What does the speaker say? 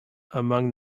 among